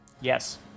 Yes